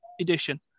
Edition